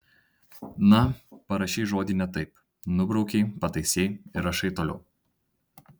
na parašei žodį ne taip nubraukei pataisei ir rašai toliau